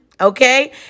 okay